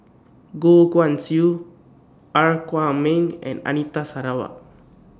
Goh Guan Siew Er Kwong Wah and Anita Sarawak